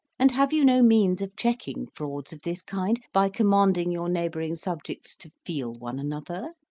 and have you no means of checking frauds of this kind by commanding your neighbouring subjects to feel one another?